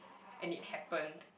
and it happened